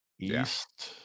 East